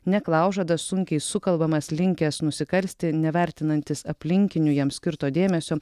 neklaužada sunkiai sukalbamas linkęs nusikalsti nevertinantis aplinkinių jam skirto dėmesio